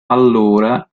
allora